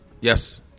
Yes